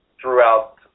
throughout